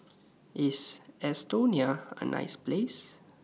IS Estonia A nice Place